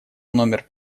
номер